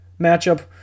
matchup